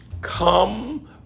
Come